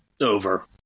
Over